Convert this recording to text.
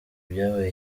byabaye